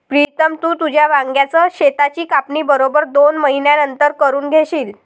प्रीतम, तू तुझ्या वांग्याच शेताची कापणी बरोबर दोन महिन्यांनंतर करून घेशील